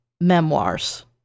memoirs